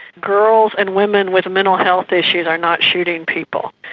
girls and women with mental health issues are not shooting people.